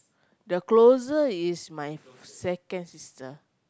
the closer is my second sister